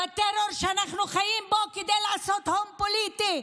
בטרור שאנחנו חיים בו, כדי לעשות הון פוליטי.